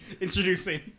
introducing